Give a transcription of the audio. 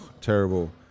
terrible